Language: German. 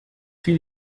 fiel